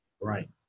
Right